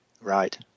Right